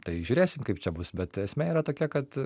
tai žiūrėsim kaip čia bus bet esmė yra tokia kad